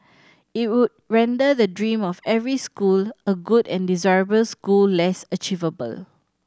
it would render the dream of every school a good and desirable school less achievable